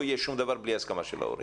לא יהיה שום דבר בלי ההסכמה של ההורים.